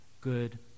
good